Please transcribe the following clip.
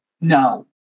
No